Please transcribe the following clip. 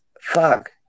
Fuck